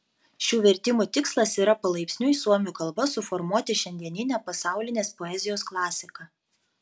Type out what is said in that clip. šių vertimų tikslas yra palaipsniui suomių kalba suformuoti šiandieninę pasaulinės poezijos klasiką